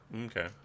Okay